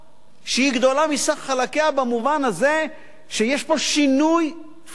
שהיא גדולה מסך חלקיה במובן הזה שיש פה שינוי תפיסה,